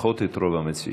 לפחות את רוב המציעים.